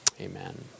amen